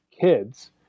kids